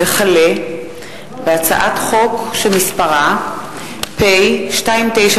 הצעת חוק לתיקון פקודת מס הכנסה